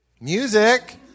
Music